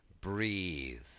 Breathe